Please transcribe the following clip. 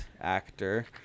actor